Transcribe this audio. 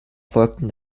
folgten